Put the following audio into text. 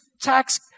tax